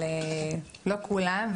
אבל לא כולם.